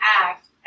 act